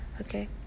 okay